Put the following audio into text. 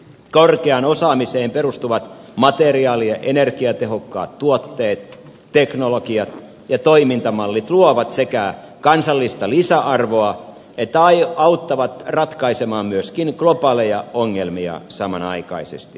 korkeaan osaamiseen perustuvat materiaali ja energiatehokkaat tuotteet teknologia ja toimintamallit sekä luovat kansallista lisäarvoa että auttavat ratkaisemaan myöskin globaaleja ongelmia samanaikaisesti